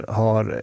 har